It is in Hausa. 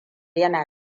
yana